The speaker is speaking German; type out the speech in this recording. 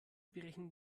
berechnen